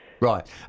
Right